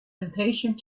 impatient